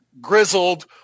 grizzled